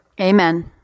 Amen